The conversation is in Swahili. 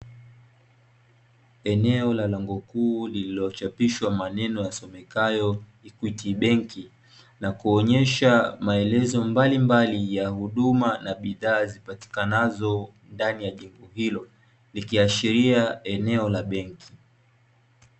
Eneo la lango kuu lililochapishwa maneno yasomekayo ,Equit Benki, na kuonyesha maelezo mbalimbali ya huduma na bidhaa zipatikanazo ndani ya jengo hilo, likiashiria eneo la Benki.